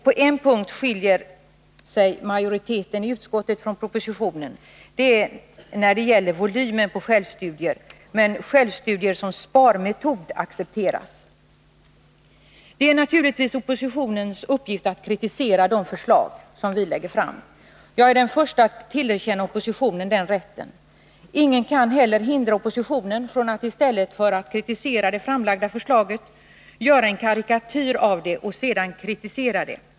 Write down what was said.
På en punkt skiljer sig majoriteten i utskottet från propositionen, nämligen när det gäller volymen på självstudier — men självstudier som sparmetod accepteras. Det är naturligtvis oppositionens uppgift att kritisera de förslag som vi lägger fram. Jag är den första att tillerkänna oppositionen den rätten. Ingen kan heller hindra oppositionen från att göra en karikatyr av det framlagda förslaget —i stället för att kritisera det — och sedan kritisera den bilden.